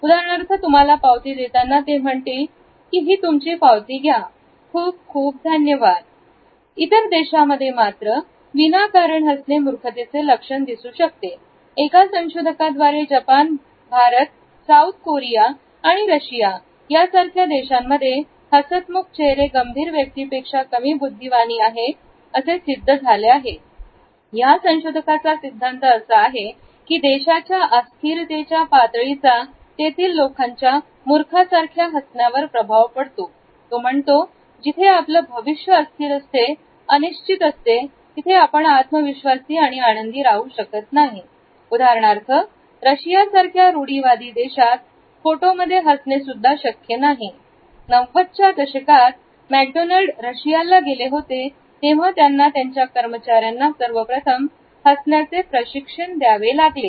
उदाहरणार्थ तुम्हाला पावती देताना ते म्हणतील की तुमची पावती घ्या खूप खूप धन्यवाद इतर देशांमध्ये मात्र विनाकारण हसणे मूर्ख ते चे लक्षण दिसू शकते एका संशोधका द्वारे जपान भारत साऊथ कोरिया आणि रशिया यासारख्या देशांमध्ये हसतमुख चेहरे गंभीर व्यक्तीपेक्षा कमी बुद्धिमानी आहे असे सिद्ध झाले या संशोधकाचा सिद्धांत असा आहे की देशाच्या अस्थिरतेच्या पातळीचा तेथील लोकांच्या मूर्खासारख्या हसण्यावर प्रभाव पडतो तो म्हणतो जेव्हा आपलं भविष्य अस्थिर असते अनिश्चित असते तेव्हा आपण आत्मविश्वासी आणि आनंदी राहू शकत नाही उदाहरणार्थ रशियासारख्या रूढीवादी देशात फोटोमध्ये हसणे सुद्धा शक्य नाही नव्वदच्या दशकात मॅकडोनाल्ड रशियाला गेले होते तेव्हा त्यांना त्यांच्या कर्मचाऱ्यांना हसण्याचे प्रशिक्षण द्यावे लागले